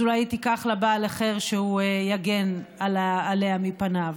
אז אולי היא תיקח לה בעל אחר שיגן עליה מפניו.